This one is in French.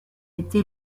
été